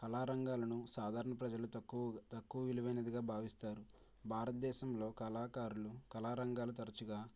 కళారంగాలను సాధారణ ప్రజలు తక్కువ తక్కువ విలువైనదిగా భావిస్తారు భారతదేశంలో కళాకారులు కళారంగాలు తరచుగా